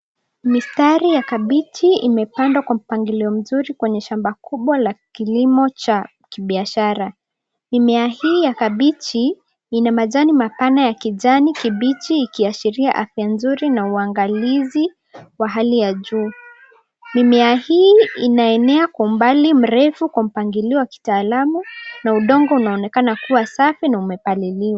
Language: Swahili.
Mistari ya kabichi imepandwa kwa mpangilio mzuri kwenye shamba kubwa la kilimo cha kibiashara. Mimea hii ya kabichi, ina majani mapana ya kijani kibichi, ikiashiria afya nzuri na uangalizi wa hali ya juu. Mimea hii inaenea kwa umbali mrefu kwa mpangilio wa kitaalamu na udongo unaonekana kuwa safi na umepaliliwa.